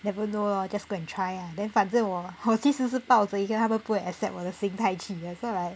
never know lor just go and try ah then 反正我我其实是抱着一个他们不会 accept 我的心态去的 so like